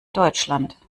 deutschland